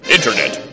Internet